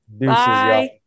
Bye